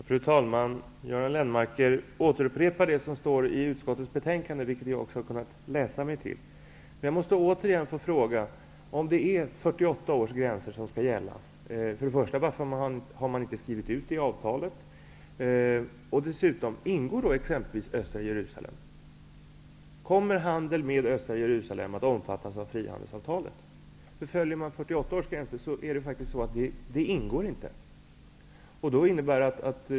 Fru talman! Göran Lennmarker återupprepar det som vi har kunnat läsa i utskottets betänkande. Men jag måste återigen få fråga: Om det är 1948 års gränser som skall gälla, varför har man för det första inte skrivit ut det i avtalet? För det andra: Ingår exempelvis östra Jerusalem? Kommer handeln med östra Jerusalem att omfattas av frihandelsavtalet? Enligt 1948 års gränser ingår faktiskt inte östra Jerusalem.